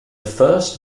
first